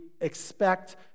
expect